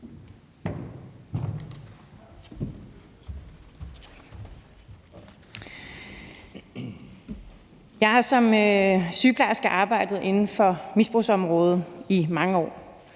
Jeg har som sygeplejerske arbejdet inden for misbrugsområdet i mange år.